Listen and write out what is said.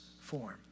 form